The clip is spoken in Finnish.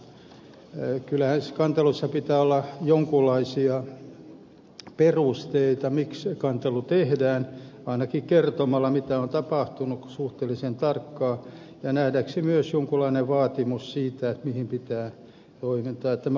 kyllähän kanteluissa pitää olla jonkinlaisia perusteita miksi kantelu tehdään ainakin kertomalla suhteellisen tarkkaan mitä on tapahtunut ja nähdäkseni myös jonkinlainen vaatimus siitä mihin pitää ryhtyä